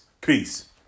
Peace